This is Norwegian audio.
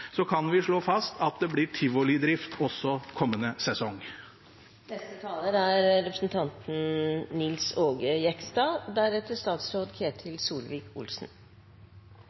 kan vi slå fast at det blir tivolidrift også kommende sesong.